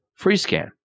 FreeScan